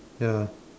ya